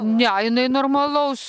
ne jinai normalaus